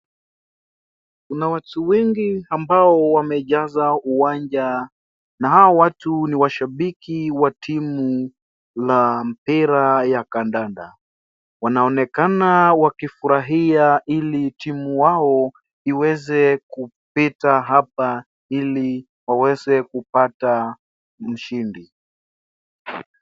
Kuna watu wengi ambao wamejaza uwanja nahao watu ni washabiki wa timu la mpira ya kandanda wanaonekana wakifurahia hili timu wao iwezekupita hapa ili waweze kupata mshindi.